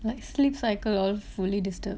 like sleep cycle all fully disturb